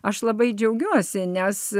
aš labai džiaugiuosi nes